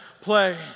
play